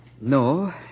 No